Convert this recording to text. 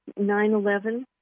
9-11